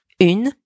une